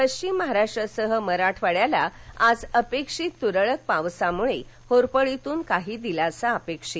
पश्चिम महाराष्ट्रासह मराठवाड्याला आज अपेक्षित तुरळक पावसामुळे होरपळीतून काहीसा दिलासा अपेक्षित